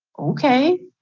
okay,